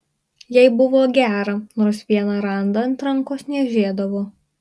jai buvo gera nors vieną randą ant rankos niežėdavo